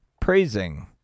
praising